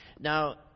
Now